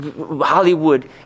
Hollywood